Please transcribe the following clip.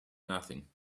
nothing